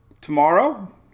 Tomorrow